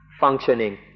functioning